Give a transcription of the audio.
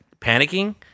panicking